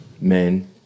men